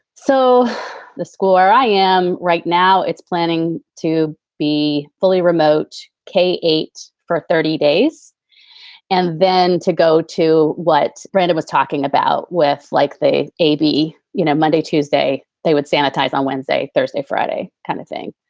so the school where i am right now, it's planning to be fully remote k eight for thirty days and then to go to what brandon was talking about with like they a b, you know, monday, tuesday, they would sanitize on wednesday, thursday, friday kind of thing.